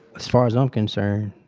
as far as i'm concerned,